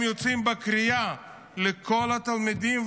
יוצאים בקריאה לכל התלמידים,